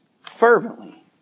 fervently